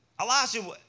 Elijah